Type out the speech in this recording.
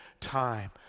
time